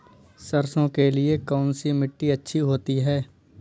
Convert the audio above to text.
सरसो के लिए कौन सी मिट्टी अच्छी होती है?